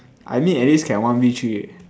I mid at least can one V three eh